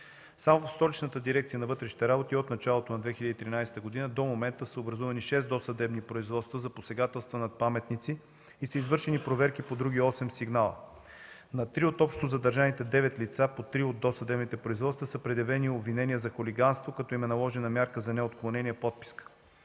Само в Столичната дирекция на вътрешните работи от началото на 2013 г. до момента са образувани шест досъдебни производства за посегателства над паметници и са извършени проверки по други осем сигнала. На три от общо задържаните девет лица, по три от досъдебните производства, са предявени обвинения за хулиганство, като им е наложена мярка за неотклонение подписка.